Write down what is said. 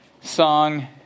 song